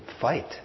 fight